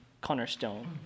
cornerstone